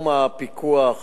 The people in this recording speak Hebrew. הפיקוח,